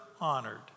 honored